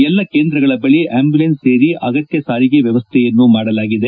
ಎಲ್ಲ ಕೇಂದ್ರಗಳ ಬಳಿ ಆಂಬುಲೆನ್ಸ್ ಸೇರಿ ಅಗತ್ಯ ಸಾರಿಗೆ ವ್ಲವಸ್ಥೆಯನ್ನೂ ಮಾಡಲಾಗಿದೆ